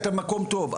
אתה במצב טוב.